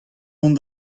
mont